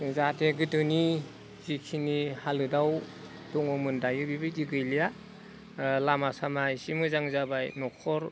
जाहाथे गोदोनि जिखिनि हालोदाव दङमोन दायो बिबायदि गैलिया लामा सामा एसे मोजां जाबाय न'खर